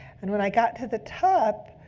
and when i got to the top,